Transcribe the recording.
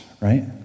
Right